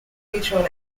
feature